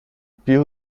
più